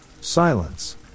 Silence